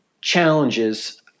challenges